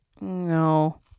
No